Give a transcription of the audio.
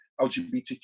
LGBTQ